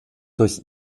durch